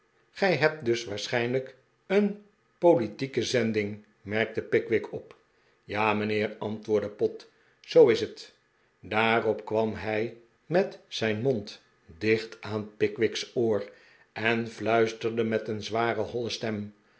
gij hebt dus waarschijnlijk een politieke zending merkte pickwick op ja mijnheer antwoordde pott zoo is het daarop kwam hij met zijn mond dicht aan pickwick's oor en fluisterde met een zware holle stem